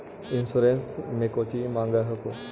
Insurance मे कौची माँग हको?